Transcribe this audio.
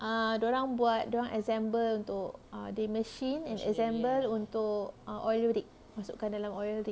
err dorang buat dorang assemble untuk ah the machine assemble untuk ah oil rig masuk kan dalam oil rig